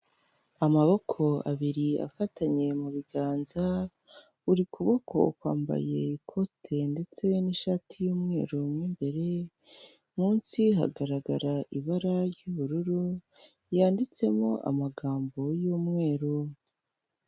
Amaboko abiri afatanye mu biganza, buri kuboko kwambaye ikote ndetse n'ishati y'umweru mo imbere, munsi hagaragara ibara ry'ubururu yanditsemo amagambo y'umweru.